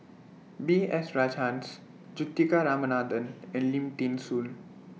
B S Rajhans Juthika Ramanathan and Lim Thean Soo